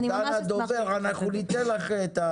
דנה דובר, אנחנו ניתן לך.